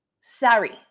sorry